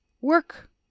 work